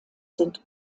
sind